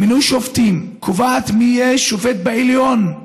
בוועדה למינוי שופטים, קובעת מי יהיה שופט בעליון,